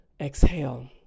exhale